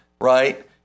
right